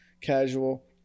casual